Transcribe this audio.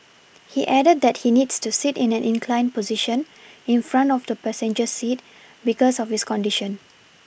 he added that he needs to sit in an inclined position in front of the passenger seat because of his condition